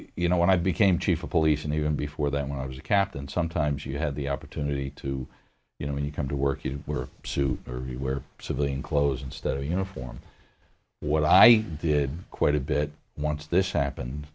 you know when i became chief of police and even before that when i was a captain sometimes you had the opportunity to you know when you come to work you were super you wear civilian clothes instead of a uniform what i did quite a bit once this happened